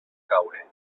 caure